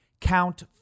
Count